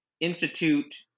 institute